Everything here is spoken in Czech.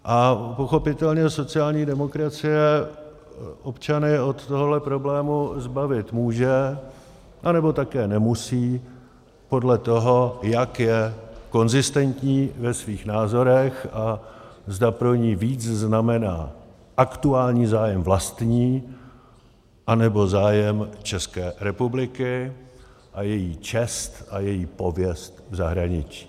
A pochopitelně sociální demokracie občany od tohoto problému zbavit může, anebo také nemusí, podle toho, jak je konzistentní ve svých názorech a zda pro ni víc znamená aktuální zájem vlastní, anebo zájem České republiky a její čest a její pověst v zahraničí.